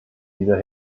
dieser